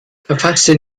verfasste